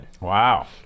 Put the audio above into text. Wow